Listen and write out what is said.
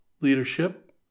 leadership